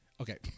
Okay